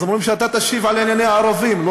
ואומרים שאתה תשיב על ענייני ערבים.